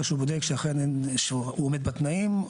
אחרי שהוא בודק שהוא עומד בתנאים,